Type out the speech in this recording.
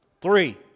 Three